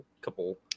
couple